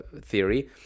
theory